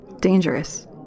Dangerous